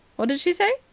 what did she say?